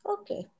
Okay